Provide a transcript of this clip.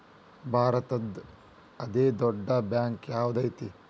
ಭಾರತದ್ದು ಅತೇ ದೊಡ್ಡ್ ಬ್ಯಾಂಕ್ ಯಾವ್ದದೈತಿ?